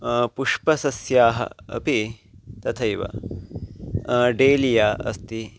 पुष्पसस्याः अपि तथैव डेलिया अस्ति